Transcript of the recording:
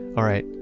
alright.